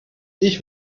ich